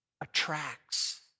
attracts